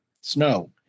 snow